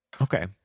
Okay